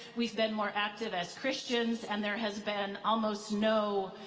we've been more active as christians, and there has been almost no